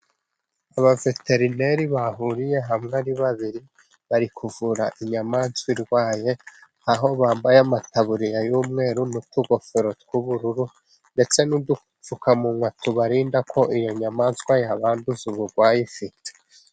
Abaveterineri bahuriye hamwe ari babiri, bari kuvura inyamaswa irwaye, aho bambaye amataburiya y'umweru n'utugofero tw'ubururu, ndetse n'udupfukamunwa tubarinda ko iyo nyamaswa yabanduza uburwayi ifite.